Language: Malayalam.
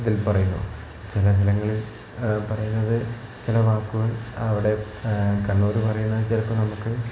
ഇതിൽ പറയുന്നു ചില സ്ഥലങ്ങളിൽ പറയുന്നത് ചില വാക്കുകൾ അവിടെ കണ്ണൂർ പറയുന്ന ചിലപ്പോൾ നമുക്ക്